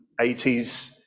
80s